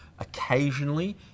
Occasionally